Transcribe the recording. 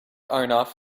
arnav